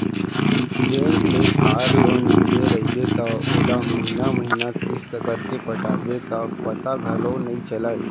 bank ले car loan लिये रइबे त ओला महिना महिना किस्त करके पटाबे त पता घलौक नइ चलय